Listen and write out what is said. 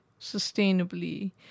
sustainably